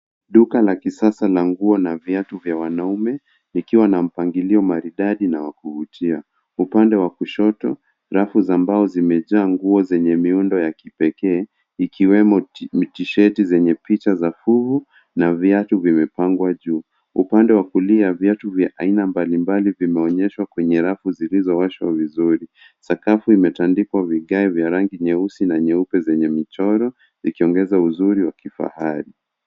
Duka la kisasa la nguo na viatu vya wanaume vikiwa na mpangilio maridadi na wa kuvutia. Upande wa kushoto rafu za mbao zimejaa nguo zenye miundo ya kipekee ikiwemo tisheti zenye picha za fuvu. na vitau vimepangwa juu. Upande wa kulia viatu vya aina mbalimbali vimeonyeshwa kwenye rafu zilizooshwa vizuri. Sakafu imetandikwa vigae vya rangi nyeusi na nyeupe zenye michoro vikiongeza uzuri wa kifahari.